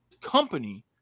company